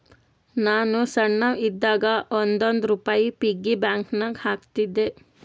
ನಾನು ಸಣ್ಣವ್ ಇದ್ದಾಗ್ ಒಂದ್ ಒಂದ್ ರುಪಾಯಿ ಪಿಗ್ಗಿ ಬ್ಯಾಂಕನಾಗ್ ಹಾಕ್ತಿದ್ದೆ